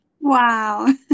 Wow